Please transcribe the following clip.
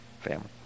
family